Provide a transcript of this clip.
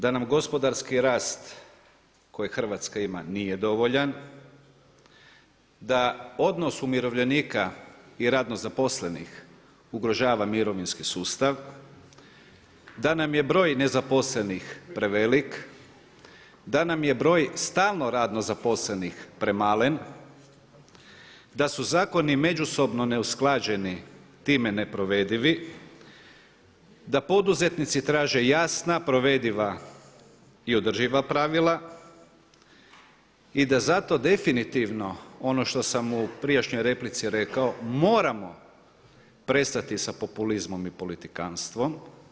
Da nam gospodarski rast koji Hrvatska ima nije dovoljan, da odnos umirovljenika i radno zaposlenih ugrožava mirovinski sustav, da nam je broj nezaposlenih prevelik, da nam je broj stalno radno zaposlenih premalen, da su zakoni međusobno neusklađeni, time neprovedivi, da poduzetnici traže jasna, provediva i održiva pravila i da zato definitivno ono što sam u prijašnjoj replici rekao moramo prestati sa populizmom i politikanstvom.